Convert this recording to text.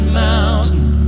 mountain